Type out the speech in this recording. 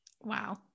Wow